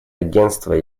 агентства